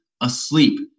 asleep